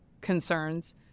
concerns